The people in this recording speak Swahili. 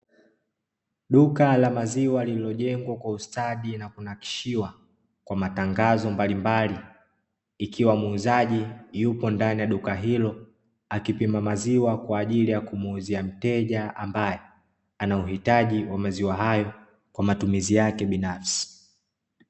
Duka la maziwa lililojegwa kwa ustadi na kunakishiwa kwa matangazo mbalimbali, ikiwa muuzaji yupo ndani ya duka hilo akipima maziwa kwa ajili ya kumuuzia mteja, ambae Ana uhitaji wa maziwa hayo kwa matumizi yake binafsi.